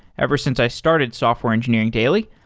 ever since i started software engineering daily.